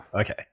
okay